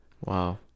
wow